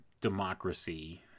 democracy